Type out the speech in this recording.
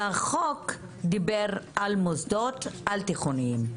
החוק דיבר על מוסדות על-תיכוניים.